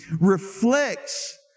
reflects